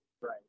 Right